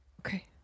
Okay